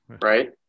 right